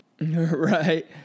Right